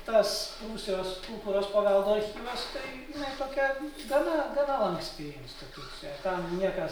tas prūsijos kultūros paveldo archyvas tai nu tokia gana gana lanksti institucija ten niekas